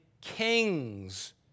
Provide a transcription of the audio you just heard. kings